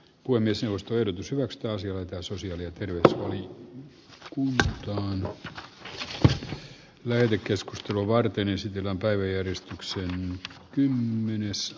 voi myös nostoyritys josta asioita sosiaali ja verotus oli kuumennettu ja leevi keskustelua varten esitetään päiväjärjestykseen näy ulospäin